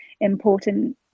important